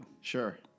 Sure